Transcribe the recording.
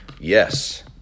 Yes